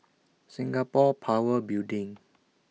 Singapore Power Building